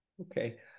Okay